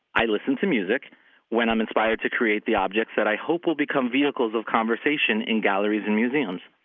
i listen to music when i'm inspired to create the objects that i hope will become vehicles of conversation in galleries and museums.